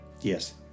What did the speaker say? Yes